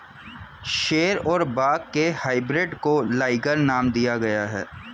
शेर और बाघ के हाइब्रिड को लाइगर नाम दिया गया है